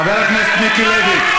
חבר הכנסת מיקי לוי,